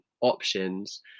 options